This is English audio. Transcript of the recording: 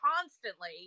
constantly